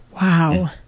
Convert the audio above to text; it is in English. wow